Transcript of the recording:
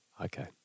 Okay